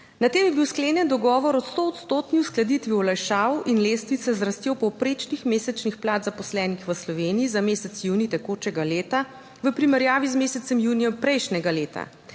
Na tem je bil sklenjen dogovor o stoodstotni uskladitvi olajšav in lestvice z rastjo povprečnih mesečnih plač zaposlenih v Sloveniji za mesec junij tekočega leta v primerjavi z mesecem junijem prejšnjega leta,